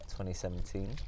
2017